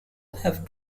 have